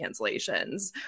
cancellations